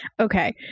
Okay